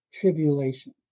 tribulation